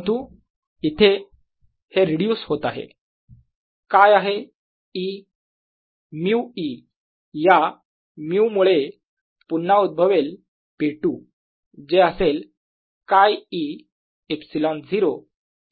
परंतु इथे हे रिड्यूस होत आहे काय आहे E μ E या μ मुले पुन्हा उदभवेल P2 जे असेल 𝛘e ε0